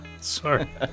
sorry